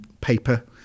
paper